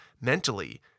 mentally